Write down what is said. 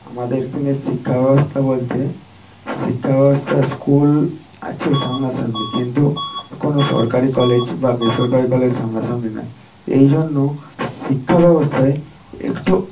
আমাদের এখানে শিক্ষাব্যবস্থা বলতে শিক্ষাব্যবস্থা স্কুল আছে সামনাসামনি কিন্তু কোন সরকারি কলেজ বা বেসরকারি কলেজ সামনাসামনি নেই এই জন্য শিক্ষাব্যবস্থায় একটু